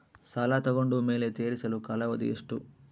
ಸಾಲ ತಗೊಂಡು ಮೇಲೆ ತೇರಿಸಲು ಕಾಲಾವಧಿ ಎಷ್ಟು?